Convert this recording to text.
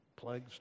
plagues